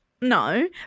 no